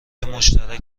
مشترک